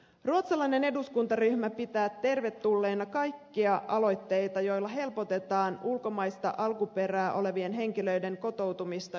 ruotsalainen eduskuntaryhmä pitää tervetulleina kaikkia aloitteita joilla helpotetaan ulkomaista alkuperää olevien henkilöiden kotoutumista yhteiskuntaan